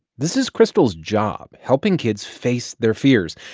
this is krystal's job helping kids face their fears.